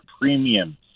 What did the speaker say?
premiums